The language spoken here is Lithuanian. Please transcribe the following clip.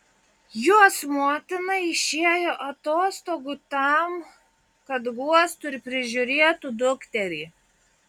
jos motina išėjo atostogų tam kad guostų ir prižiūrėtų dukterį